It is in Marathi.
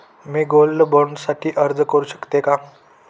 मी गोल्ड बॉण्ड साठी अर्ज करु शकते का?